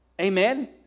Amen